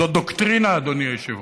זאת דוקטרינה, אדוני היושב-ראש.